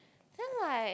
then like